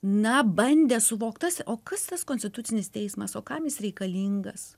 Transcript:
na bandė suvokt tas o kas tas konstitucinis teismas o kam jis reikalingas